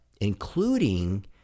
including